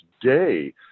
day